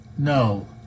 no